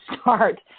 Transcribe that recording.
start